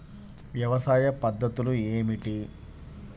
వ్యవసాయ పద్ధతులు ఏమిటి?